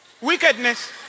wickedness